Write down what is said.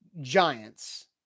Giants